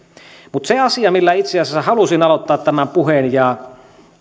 mutta se asia millä itse asiassa halusin aloittaa tämän puheen ja